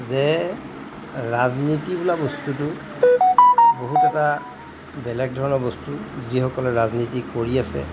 যে ৰাজনীতি বোলা বস্তুটো বহুত এটা বেলেগ ধৰণৰ বস্তু যিসকলে ৰাজনীতি কৰি আছে